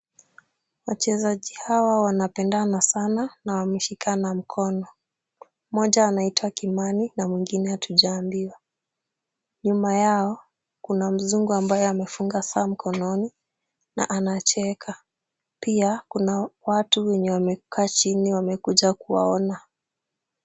Wachezaji hawa wanapendana sana na wameshikana mkono. Mmoja anaitwa Kimani na mwingine hatujaambiwa. Nyuma yao kuna mzungu ambayo amefunga saa mkononi na anacheka. Pia kuna watu wenye wamekaa chini wamekuja kuwaona.